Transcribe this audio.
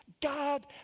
God